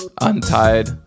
untied